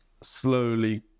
slowly